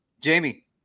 Jamie